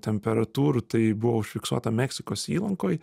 temperatūrų tai buvo užfiksuota meksikos įlankoj